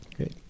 Okay